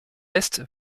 est